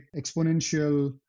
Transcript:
exponential